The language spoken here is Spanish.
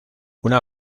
una